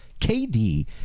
KD